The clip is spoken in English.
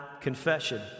confession